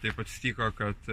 taip atsitiko kad